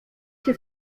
się